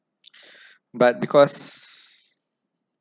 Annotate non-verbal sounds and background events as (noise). (breath) but because